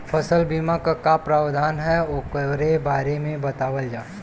फसल बीमा क का प्रावधान हैं वोकरे बारे में बतावल जा?